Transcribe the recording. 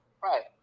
Right